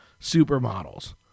supermodels